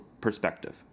perspective